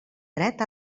dret